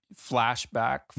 flashback